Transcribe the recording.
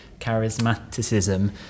charismaticism